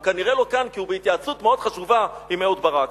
הוא כנראה לא כאן כי הוא בהתייעצות מאוד חשובה עם אהוד ברק.